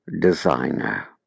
designer